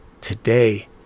today